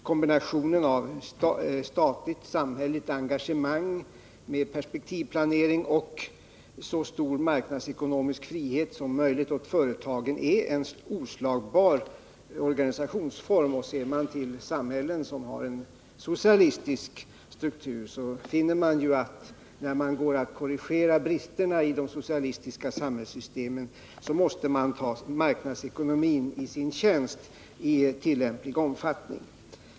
Kombinationen av statligt-samhälleligt engagemang med perspektivplanering och största möjliga marknadsekonomiska frihet för företagen är en oslagbar organisationsform. Ser vi till samhällen som har en socialistisk struktur finner vi att man, när man går att korrigera bristerna i det socialistiska samhällssystemet, måste ta marknadsekonomin i sin tjänst i tillämplig omfattning.